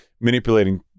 manipulating